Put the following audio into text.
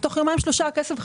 תוך יומיים-שלושה הכסף חזר לבנק.